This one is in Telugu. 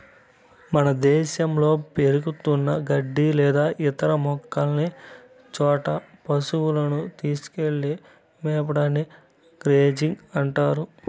ఒక ప్రదేశంలో పెరుగుతున్న గడ్డి లేదా ఇతర మొక్కలున్న చోట పసువులను తీసుకెళ్ళి మేపడాన్ని గ్రేజింగ్ అంటారు